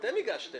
מי נגד?